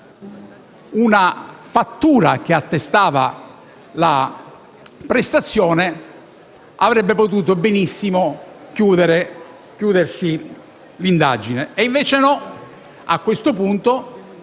una fattura che attestava la prestazione, avrebbe potuto benissimo chiudersi l'indagine. Invece no. A questo punto,